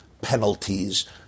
penalties